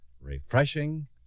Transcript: refreshing